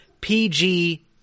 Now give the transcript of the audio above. PG